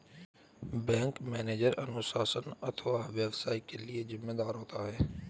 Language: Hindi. बैंक मैनेजर अनुशासन अथवा व्यवसाय के लिए जिम्मेदार होता है